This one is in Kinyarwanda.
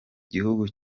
gihugu